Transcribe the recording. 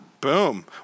Boom